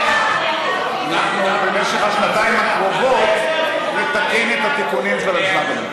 אנחנו במשך השנתיים הקרובות נתקן את התיקונים של הממשלה הקודמת.